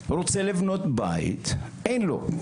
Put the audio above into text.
רוצה לבנות בית, אין לו,